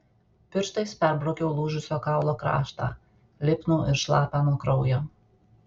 pirštais perbraukiau lūžusio kaulo kraštą lipnų ir šlapią nuo kraujo